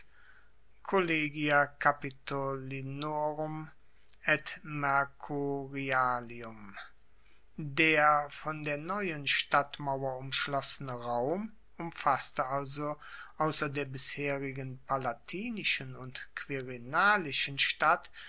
der von der neuen stadtmauer umschlossene raum umfasste also ausser der bisherigen palatinischen und quirinalischen stadt